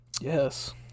yes